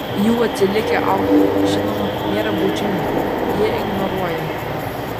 jų atsilikę autoriai žinoma nėra baudžiami jie ignoruojami